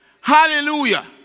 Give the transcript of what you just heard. Hallelujah